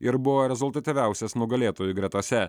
ir buvo rezultatyviausias nugalėtojų gretose